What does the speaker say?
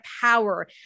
power